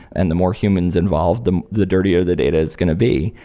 and the more humans involved, the the dirtier the data is going to be.